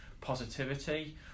positivity